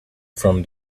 from